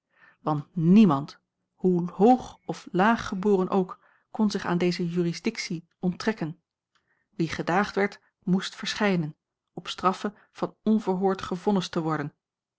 want niemand hoe hoog of laag geboren ook kon zich aan deze jurisdictie onttrekken wie gedaagd werd moest verschijnen op straffe van onverhoord gevonnisd te worden